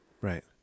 Right